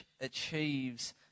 achieves